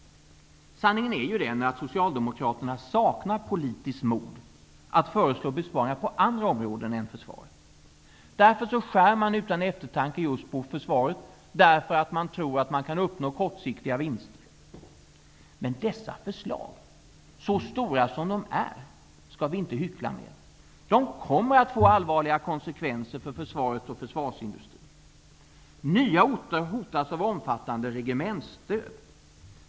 Sanningen är att Socialdemokraterna saknar politiskt mod att föreslå besparingar på andra områden än försvaret. Därför skär man utan eftertanke ner just på försvaret. Man tror att man kan uppnå kortsiktiga vinster. Men dessa förslag -- de är omfattande, vilket vi inte skall hyckla med -- kommer att få allvarliga konsekvenser för försvaret och försvarsindustrin. Nya orter hotas av omfattande regementsdöd.